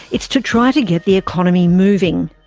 it's to try to get the economy moving.